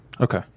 Okay